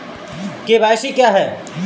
KYC क्या है?